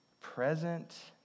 present